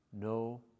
no